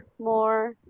more